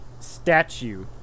statue